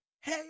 Hey